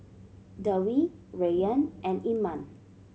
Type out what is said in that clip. Dewi Rayyan and Iman